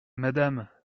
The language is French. madame